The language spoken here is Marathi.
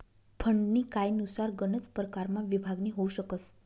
फंडनी कायनुसार गनच परकारमा विभागणी होउ शकस